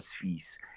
fees